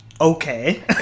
okay